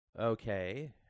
Okay